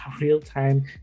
real-time